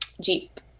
Jeep